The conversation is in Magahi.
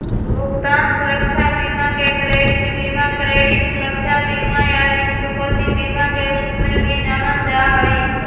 भुगतान सुरक्षा बीमा के क्रेडिट बीमा, क्रेडिट सुरक्षा बीमा, या ऋण चुकौती बीमा के रूप में भी जानल जा हई